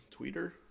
Tweeter